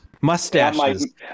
Mustaches